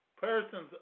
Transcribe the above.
persons